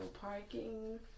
parking